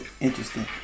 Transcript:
Interesting